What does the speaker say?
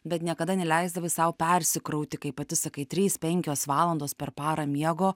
bet niekada neleisdavai sau persikrauti kaip pati sakai trys penkios valandos per parą miego